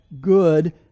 good